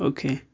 Okay